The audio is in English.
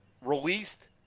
released